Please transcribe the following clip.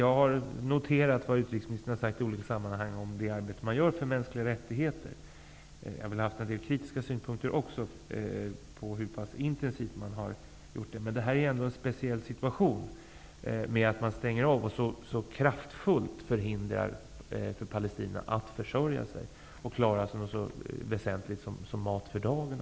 Jag har noterat vad utrikesministern har sagt i olika sammanhang när det gäller arbetet för mänskliga rättigheter. Jag har väl haft en del kritiska synpunkter på hur pass intensivt arbetet har varit. Avstängningen utgör ändå en speciell situation som kraftfullt hindrar palestinierna att försörja sig och att kunna klara något så väsentligt som att få mat för dagen.